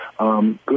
Good